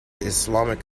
islamic